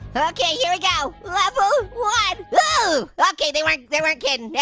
okay, here we go, level one, oh! okay, they weren't they weren't kidding, yeah